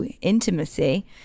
intimacy